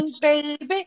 baby